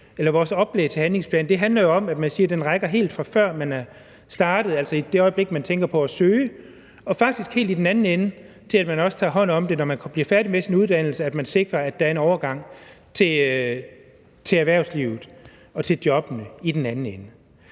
eller vores oplæg til en handlingsplan, jo om, at man siger, at den rækker, helt fra før man er startet, altså i det øjeblik, man tænker på at søge, og i den anden ende faktisk helt til, at der også tages hånd om det, når man bliver færdig med sin uddannelse – at det sikres, at der er en overgang til erhvervslivet og til jobbene i den anden ende.